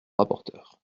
rapporteur